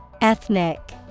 Ethnic